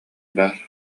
баар